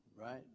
right